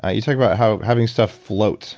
ah you talked about how having stuff float